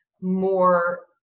more